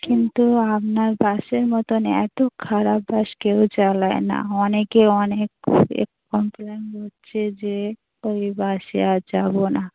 কিন্তু আপনার বাসের মতন এত খারাপ বাস কেউ চালায় না অনেকে অনেক এক কমপ্লেন করছে যে ওই বাসে আর যাবো না